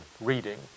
reading